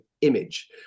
image